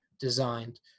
designed